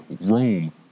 room